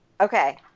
Okay